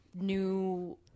new